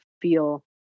feel